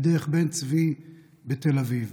בדרך בן-צבי בתל אביב.